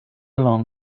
along